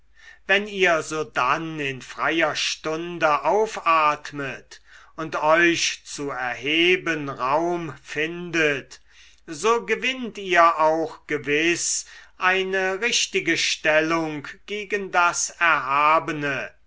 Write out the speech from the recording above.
wenn ihr sodann in freier stunde aufatmet und euch zu erheben raum findet so gewinnt ihr auch gewiß eine richtige stellung gegen das erhabene